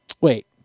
Wait